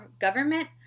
government